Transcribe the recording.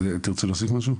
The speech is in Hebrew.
תרצי להוסיף משהו?